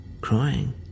crying